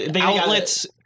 outlets